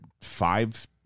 five